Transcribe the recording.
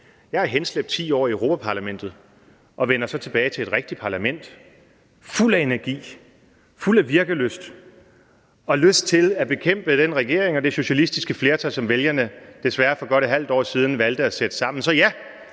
Jeg har henslæbt 10 år i Europa-Parlamentet og er så vendt tilbage til et rigtigt parlament fuld af energi, fuld af virkelyst og lyst til at bekæmpe den regering og det socialistiske flertal, som vælgerne for godt et halvt år siden desværre valgte at sætte sammen. Så ja,